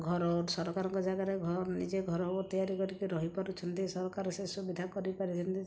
ଘର ସରକାରଙ୍କ ଜାଗାରେ ନିଜେ ଘର ତିଆରି କରିକି ରହିପାରୁଛନ୍ତି ସରକାର ସେ ସୁବିଧା କରିପାରିଛନ୍ତି